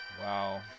Wow